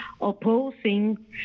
opposing